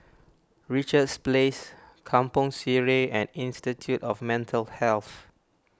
Richards Place Kampong Sireh and Institute of Mental Health